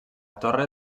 torre